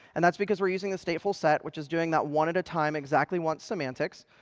and that's because we're using the statefulset, which is doing that one at a time, exactly-once semantics.